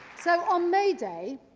so, on may day,